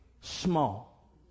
small